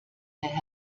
der